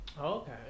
Okay